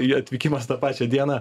jo atvykimas tą pačią dieną